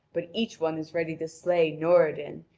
but each one is ready to slay noradin,